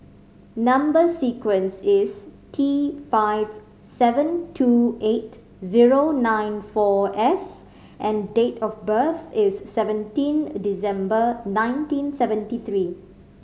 number sequence is T five seven two eight zero nine four S and date of birth is seventeen December nineteen seventy three